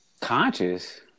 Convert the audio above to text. Conscious